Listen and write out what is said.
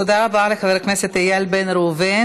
תודה רבה לחבר הכנסת איל בן ראובן.